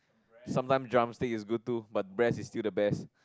sometime drumstick is good too but breast is still the best